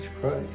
Christ